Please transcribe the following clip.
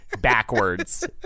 backwards